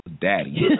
daddy